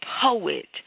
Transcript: poet